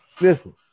Listen